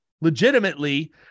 Legitimately